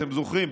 אתם זוכרים,